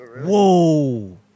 Whoa